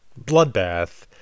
bloodbath